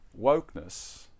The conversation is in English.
wokeness